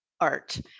art